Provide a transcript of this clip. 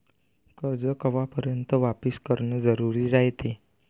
कर्ज कवापर्यंत वापिस करन जरुरी रायते?